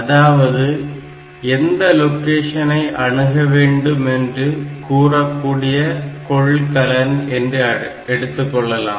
அதாவது எந்த லொக்கேஷனை அணுக வேண்டும் என்று கூறக்கூடிய கொள்கலன் என்று எடுத்துக் கொள்ளலாம்